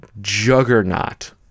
juggernaut